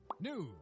news